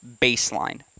baseline